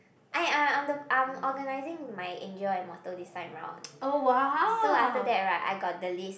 I I I'm the I'm organising my angel and motto this time round so after that right I got the list